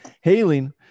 Hailing